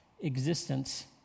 existence